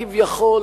כביכול,